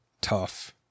tough